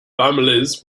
families